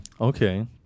Okay